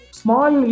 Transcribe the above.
small